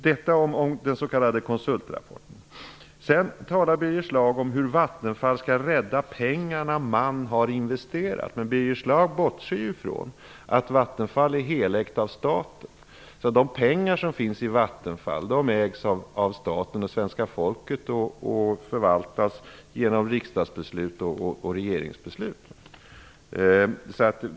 Detta om den s.k. konsultrapporten. Birger Schlaug talade sedan om hur Vattenfall skall rädda de pengar man har investerat. Birger Schlaug bortser då ifrån att Vattenfall är helägt av staten. De pengar som finns i Vattenfall ägs av staten och svenska folket och förvaltas genom riksdags och regeringsbeslut.